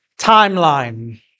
timeline